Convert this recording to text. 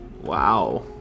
Wow